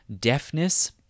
deafness